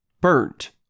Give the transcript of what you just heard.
burnt